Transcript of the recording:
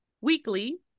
weekly